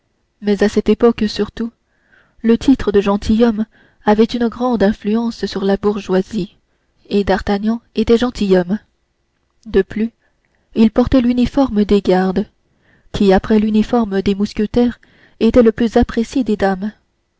mais à cette époque surtout le titre de gentilhomme avait une grande influence sur la bourgeoisie et d'artagnan était gentilhomme de plus il portait l'uniforme des gardes qui après l'uniforme des mousquetaires était le plus apprécié des dames